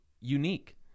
unique